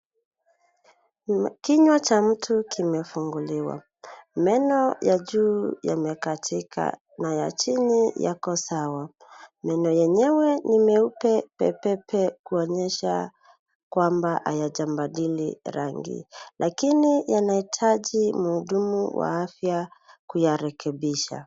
Kinywa cha mtu kimefunguliwa. Meno ya juu yamekatika na ya chini yako sawa. Meno yenyewe ni meupe pe pe pe kuonyesha kwamba hayajabadili rangi. Lakini yanaitaji mhudumu wa afya kuyarekebisha.